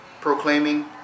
proclaiming